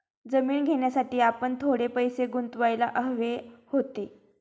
जमीन घेण्यासाठी आपण थोडे पैसे गुंतवायला हवे होते